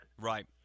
Right